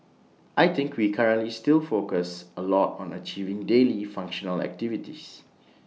I think we currently still focus A lot on achieving daily functional activities